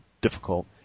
difficult